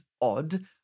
odd